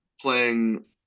playing